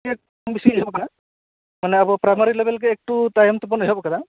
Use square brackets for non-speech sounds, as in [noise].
[unintelligible] ᱵᱤᱥᱤ ᱮᱦᱚᱵ ᱟᱠᱟᱱᱟ ᱢᱟᱱᱮ ᱟᱵᱚ ᱯᱮᱨᱟᱭᱢᱟᱹᱨᱤ ᱞᱮᱵᱮᱞ ᱜᱮ ᱮᱠᱴᱩ ᱛᱟᱭᱚᱢ ᱛᱮᱵᱚ ᱮᱦᱚᱵ ᱟᱠᱟᱫᱟ